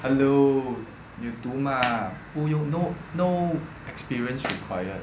hello 有读 mah 不用 no no experience required